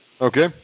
Okay